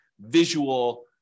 visual